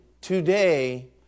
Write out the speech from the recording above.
today